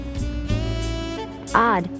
Odd